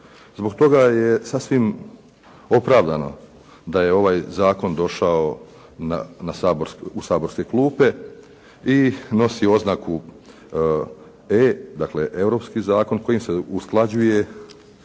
Zbog toga je sasvim opravdano da je ovaj zakon došao u saborske klupe i nosi oznaku "E" dakle europski zakon kojim se usklađuje